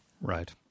Right